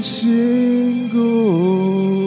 single